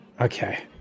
Okay